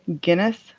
Guinness